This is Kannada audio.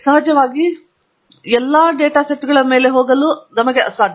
ಸಹಜವಾಗಿ ಈ ಎಲ್ಲಾ ಡೇಟಾ ಸೆಟ್ಗಳ ಮೇಲೆ ನನಗೆ ಹೋಗಲು ಅಸಾಧ್ಯ